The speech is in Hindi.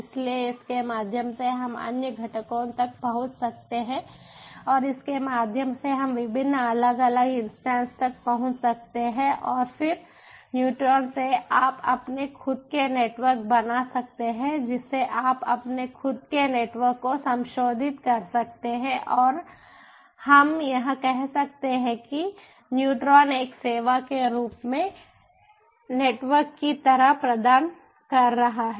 इसलिए इसके माध्यम से हम अन्य घटकों तक पहुंच सकते हैं और इसके माध्यम से हम विभिन्न अलग अलग इन्स्टन्स तक पहुंच सकते हैं और फिर न्यूट्रॉन से आप अपने खुद के नेटवर्क बना सकते हैं जिसे आप अपने खुद के नेटवर्क को संशोधित कर सकते हैं और हम यह कह सकते हैं कि न्यूट्रॉन एक सेवा के रूप में नेटवर्क की तरह प्रदान कर रहा है